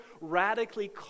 radically